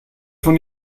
von